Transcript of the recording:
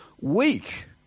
weak